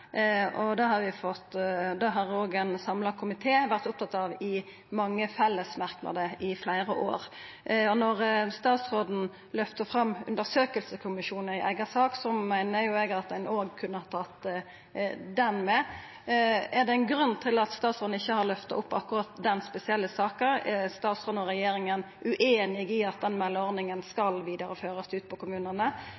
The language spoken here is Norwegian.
kommunane. Det har òg ein samla komité vore opptatt av i mange fellesmerknader i fleire år. Når statsråden løftar fram ein undersøkingskommisjon i ei eiga sak, meiner eg at ein òg kunne tatt med den ordninga. Er det ein grunn til at statsråden ikkje har løfta fram akkurat den spesielle saka? Er statsråden og regjeringa ueinig i at